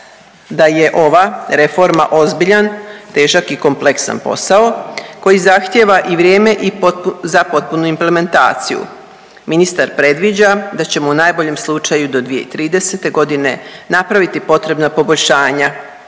da je ova reforma ozbiljan, težak i kompleksan posao koji zahtjeva i vrijeme za potpunu implementaciju. Ministar predviđa da ćemo u najboljem slučaju do 2030. godine napraviti potrebna poboljšanja